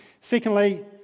Secondly